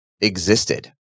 existed